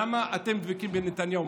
למה אתם דבקים בנתניהו?